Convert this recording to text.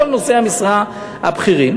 כל נושאי המשרה הבכירים.